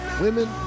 women